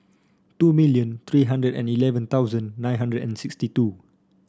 two million three hundred and eleven thousand nine hundred and sixty two